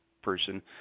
person